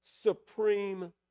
supreme